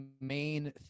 main